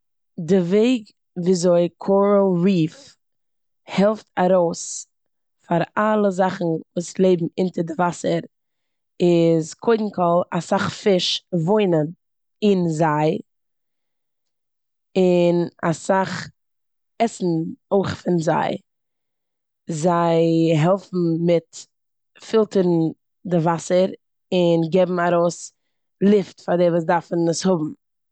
די וועג וויאזוי קארעל ריף העלפט ארויס פאר אלע זאכן וואס לעבן אונטער די וואסער איז קודם כל, אסאך פיש וואוינען אין זיי און אסאך עסן אויך פון זיי. זיי העלפן מיט פילטערן די וואסער און געבן ארויס לופט פאר די וואס דארפן עס האבן.